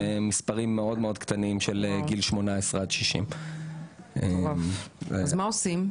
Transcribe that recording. יש מספרים מאוד קטנים של גילאי 18-60. אז מה עושים?